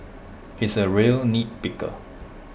he is A real nitpicker